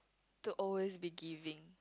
to always be giving